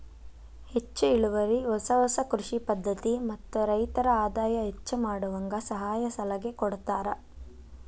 ಹೆಚ್ಚು ಇಳುವರಿ ಹೊಸ ಹೊಸ ಕೃಷಿ ಪದ್ಧತಿ ಮತ್ತ ರೈತರ ಆದಾಯ ಹೆಚ್ಚ ಮಾಡುವಂಗ ಸಹಾಯ ಸಲಹೆ ಕೊಡತಾರ